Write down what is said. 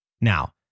Now